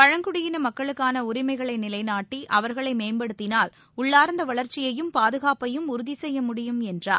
பழங்குடியின மக்களுக்கான உரிமைகளை நிலைநாட்டி அவர்களை மேம்படுத்தினால் உள்ளார்ந்த வளர்ச்சியையும் பாதுகாப்பையும் உறுதி செய்ய முடியும் என்றார்